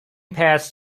passed